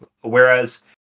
Whereas